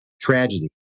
tragedy